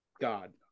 God